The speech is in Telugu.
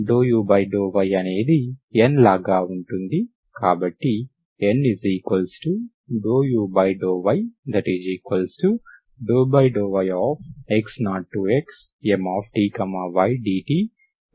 ∂u∂y అనేది N లాగా ఉంటుంది కాబట్టి N∂u∂y∂yx0xMty dtg అవుతుంది